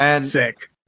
Sick